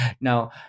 Now